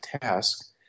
task